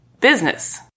business